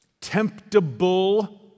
temptable